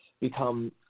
become